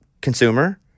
consumer